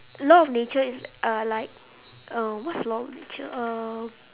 law of nature is uh like um what's law of nature uh